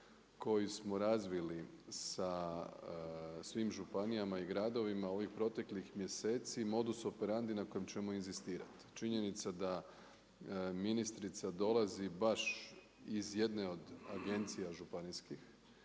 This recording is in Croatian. koji smo razvili sa svim županijama i gradovima u ovih proteklih mjeseci modus operandi na kojem ćemo inzistirati. Činjenica da ministrica dolazi baš iz jedne od agencija županijskih